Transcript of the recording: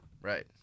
Right